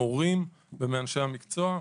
מהורים ומאנשי המקצוע.